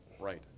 right